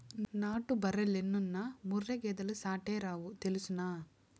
నాటు బర్రెలెన్నున్నా ముర్రా గేదెలు సాటేరావు తెల్సునా